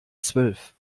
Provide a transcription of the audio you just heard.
zwölf